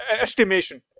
estimation